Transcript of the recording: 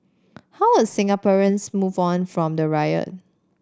how are Singaporeans move on from the riot